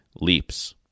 leaps